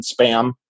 spam